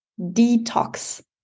detox